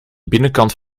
binnenkant